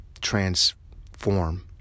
transform